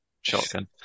shotgun